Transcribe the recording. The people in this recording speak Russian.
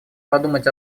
подумать